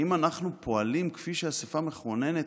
האם אנחנו פועלים כפי שאספה מכוננת,